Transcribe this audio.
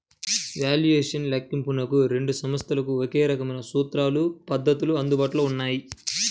valuation లెక్కింపునకు రెండు సంస్థలకు ఒకే రకమైన సూత్రాలు, పద్ధతులు అందుబాటులో ఉన్నాయి